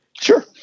Sure